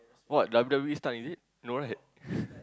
what W_W_E stuck is it no right